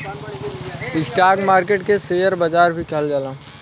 stock market के share बाजार भी कहल जाला